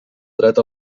dret